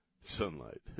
Sunlight